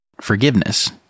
forgiveness